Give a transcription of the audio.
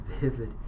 vivid